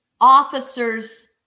Officers